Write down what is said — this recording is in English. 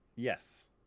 Yes